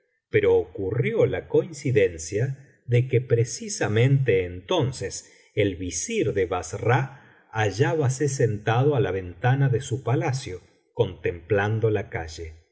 pero ocurrió la coincidencia de que precisamente entonces el visir de bassra hallábase sentado á la ventana de su palacio contemplando la calle